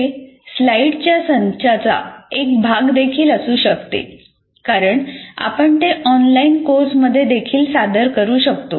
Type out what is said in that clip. हे स्लाइड्सच्या संचाचा एक भाग देखील असू शकते कारण आपण ते ऑनलाइन कोर्समध्येदेखील सादर करू शकतो